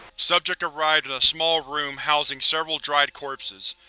subject arrived in a small room housing several dried corpses.